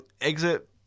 exit